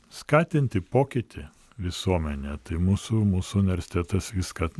skatinti pokytį visuomenėje tai mūsų mūsų universitetas viską